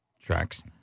Tracks